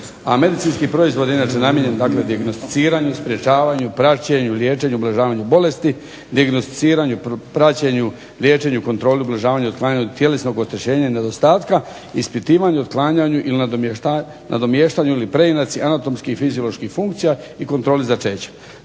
A medicinski proizvod je inače namijenjen dakle dijagnosticiranju, sprječavanju, praćenju, liječenju, ublažavanju bolesti, dijagnosticiranju, praćenju, liječenju, kontroli, ublažavanju …/Govornik se ne razumije./… tjelesnog oštećenja i nedostatka, ispitivanju, otklanjanju ili nadomještanju ili preinaci anatomskih i fizioloških funkcija i kontroli začeća.